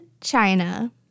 China